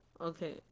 Okay